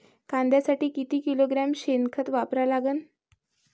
कांद्यासाठी किती किलोग्रॅम शेनखत वापरा लागन?